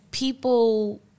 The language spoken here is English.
People